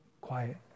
quiet